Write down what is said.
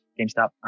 GameStop